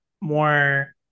more